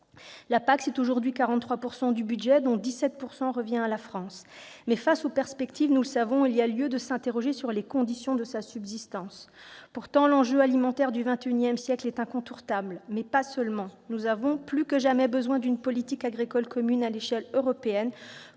La PAC mobilise aujourd'hui 43 % du budget européen, dont 17 % reviennent à la France. Face aux perspectives, il y a lieu de s'interroger sur les conditions de sa subsistance. Pourtant, l'enjeu alimentaire du XXI siècle est incontournable, mais pas seulement. Nous avons plus que jamais besoin d'une politique agricole commune à l'échelle européenne